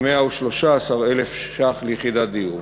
ל-113,000 ש"ח ליחידת דיור.